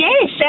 Yes